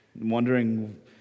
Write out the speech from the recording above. wondering